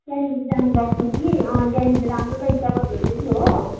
त्यहाँनिर जानुभएको थियो कि त्यहाँनिर राम्रो रहेछ भन्नुहुँदै थियो हो